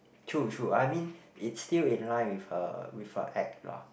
true true I mean it's still in line with her with her act lah